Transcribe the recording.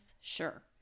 sure